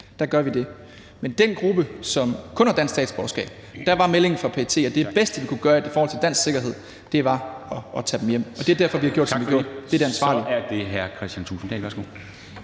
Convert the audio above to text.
gør vi det. Men hvad angår den gruppe, som kun har dansk statsborgerskab, var meldingen fra PET, at det bedste, vi kunne gøre i forhold til dansk sikkerhed, var at tage dem hjem. Og det er derfor, at vi har gjort, som vi har gjort; det var det ansvarlige at gøre. Kl.